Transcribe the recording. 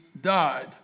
died